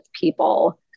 people